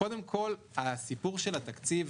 קודם כל הסיפור של התקציב,